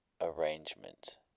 Arrangement